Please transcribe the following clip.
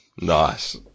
Nice